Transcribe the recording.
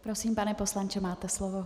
Prosím, pane poslanče, máte slovo.